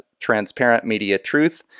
transparentmediatruth